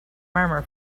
murmur